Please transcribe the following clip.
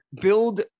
build